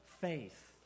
faith